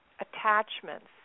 attachments